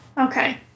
okay